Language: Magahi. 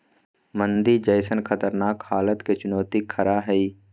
मंदी जैसन खतरनाक हलात के चुनौती खरा हइ